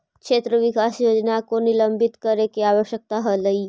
क्षेत्र विकास योजना को निलंबित करे के आवश्यकता हलइ